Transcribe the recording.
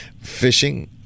Fishing